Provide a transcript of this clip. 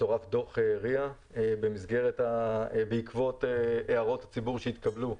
צורף דוח RIA. בעקבות הערות הציבור שהתקבלו,